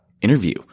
interview